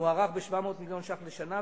מוערך ב-700 מיליון שקלים לשנה,